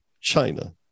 China